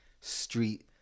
street